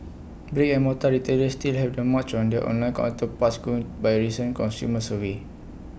brick and mortar retailers still have the March on their online counterparts going by A recent consumer survey